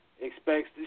expects